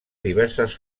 diverses